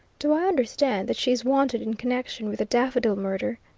do i understand that she is wanted in connection with the daffodil murder?